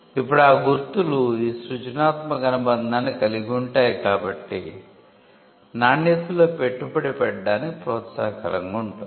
ఇప్పుడు ఆ గుర్తులు ఈ సృజనాత్మక అనుబంధాన్ని కలిగి ఉంటాయి కాబట్టి నాణ్యతలో పెట్టుబడి పెట్టడానికి ప్రోత్సాహకరంగా ఉంటుంది